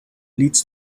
leads